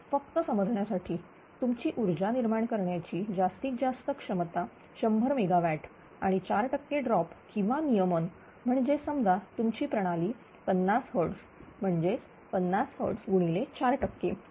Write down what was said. समजा फक्त समजण्यासाठी तुमची ऊर्जा निर्माण करण्याची जास्तीत जास्त क्षमता 100 MW आणि 4 टक्के ड्रॉप किंवा नियमन म्हणजे समजा तुमची प्रणाली 50 Hz म्हणजेच 50 Hz गुणिले 4 टक्के